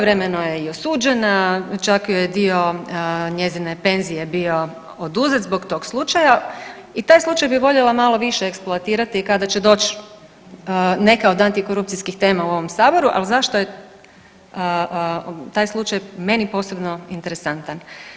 Svojevremeno je i osuđena, čak dio njezine penzije bio oduzet zbog tog slučaja i taj slučaj bi voljela malo više eksploatirati kada će doći neka od antikorupcijskih tema u ovom Saboru, ali zašto je taj slučaj meni posebno interesantan.